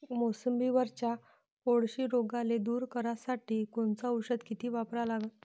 मोसंबीवरच्या कोळशी रोगाले दूर करासाठी कोनचं औषध किती वापरा लागन?